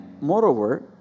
Moreover